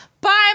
bye